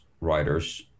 writers